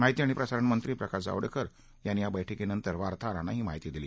माहिती आणि प्रसारण मंत्री प्रकाश जावडेकर यांनी या बैठकीनंतर वार्ताहरांना ही माहिती दिली